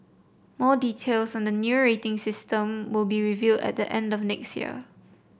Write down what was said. more details on the new rating system will be revealed at the end of next year